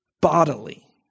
bodily